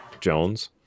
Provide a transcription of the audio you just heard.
Jones